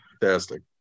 fantastic